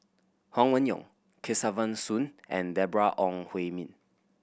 Huang Wenhong Kesavan Soon and Deborah Ong Hui Min